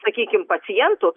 sakykim pacientų